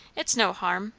it's no harm.